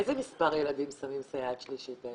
מאיזה מספר ילדים שמים סייעת שלישית?